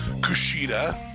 Kushida